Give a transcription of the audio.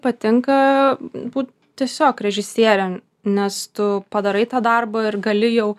patinka būt tiesiog režisiere nes tu padarai tą darbą ir gali jau